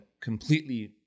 completely